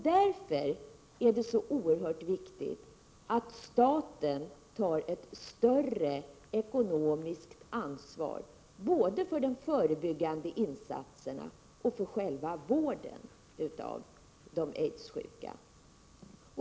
Därför är det så oerhört viktigt att staten tar ett större ekonomiskt ansvar, både för de förebyggande insatserna och för själva vården av de aidssjuka.